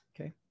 Okay